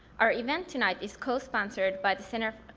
our event tonight is co-sponsored by the center